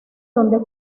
donde